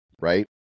right